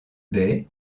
bai